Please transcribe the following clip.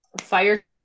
fire